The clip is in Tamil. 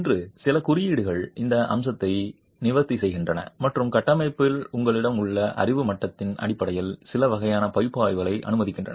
இன்று சில குறியீடுகள் இந்த அம்சத்தை நிவர்த்தி செய்கின்றன மற்றும் கட்டமைப்பில் உங்களிடம் உள்ள அறிவு மட்டத்தின் அடிப்படையில் சில வகையான பகுப்பாய்வுகளை அனுமதிக்கின்றன